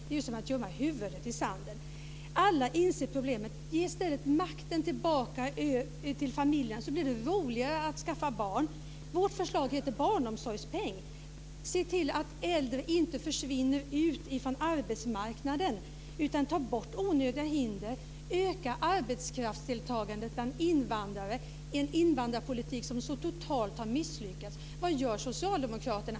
Det är ju som att gömma huvudet i sanden. Alla inser problemet. Ge i stället makten tillbaka till familjen, så blir det roligare att skaffa barn. Vårt förslag heter barnomsorgspeng. Se till att äldre inte försvinner ut från arbetsmarknaden. Ta bort onödiga hinder. Öka arbetskraftsdeltagandet bland invandrare. Vi har en invandrarpolitik som totalt har misslyckats. Vad gör socialdemokraterna?